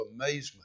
amazement